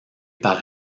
par